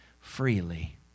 freely